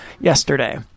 yesterday